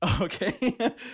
okay